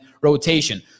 rotation